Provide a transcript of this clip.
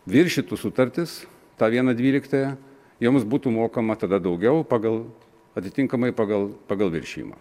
viršytų sutartis tą vieną dvyliktąją joms būtų mokama tada daugiau pagal atitinkamai pagal pagal viršijimą